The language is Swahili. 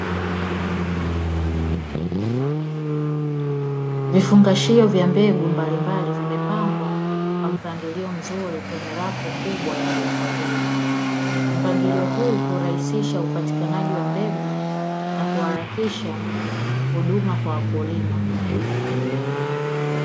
Vifungashio vya mbegu mbalimbali, vimepangwa kwa mpangilio mzuri kwenye rafu kubwa ya kuhifadhia. Mpangilio huu hurahisisha upatikanaji wa mbegu na kuharakisha huduma kwa wakulima.